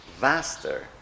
vaster